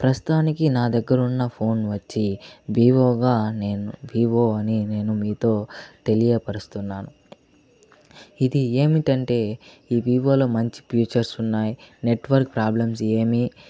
ప్రస్తుతానికి నా దగ్గర ఉన్న ఫోన్ వచ్చి వివోగా నేను వివో అని నేను మీతో తెలియపరుస్తున్నాను ఇది ఏమిటంటే ఈ వివోలో మంచి ఫీచర్స్ ఉన్నాయి నెట్వర్క్ ప్రాబ్లమ్స్ ఏమీ